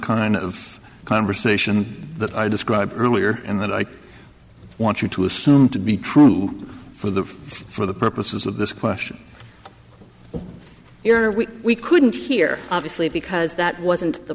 kind of conversation that i described earlier and that i want you to assume to be true for the for the purposes of this question your we we couldn't here obviously because that wasn't the